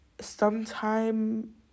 Sometime